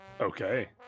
Okay